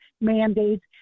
mandates